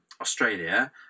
australia